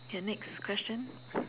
K next question